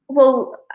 well,